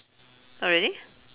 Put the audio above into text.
oh really